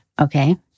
okay